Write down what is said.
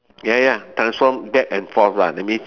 ya ya transform back and forth lah that means